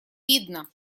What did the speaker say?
видно